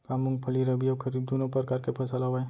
का मूंगफली रबि अऊ खरीफ दूनो परकार फसल आवय?